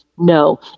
No